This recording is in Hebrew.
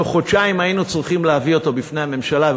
בתוך חודשיים היינו צריכים להביא אותו בפני הממשלה,